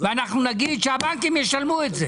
ואנחנו נגיד שהבנקים ישלמו את זה.